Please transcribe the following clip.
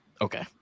Okay